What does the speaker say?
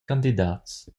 candidats